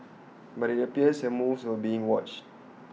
but IT appears her moves were being watched